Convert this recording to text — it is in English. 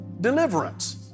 deliverance